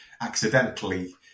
accidentally